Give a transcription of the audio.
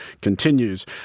continues